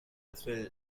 thrill